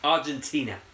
Argentina